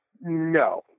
no